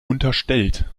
unterstellt